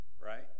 Right